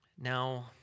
Now